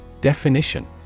Definition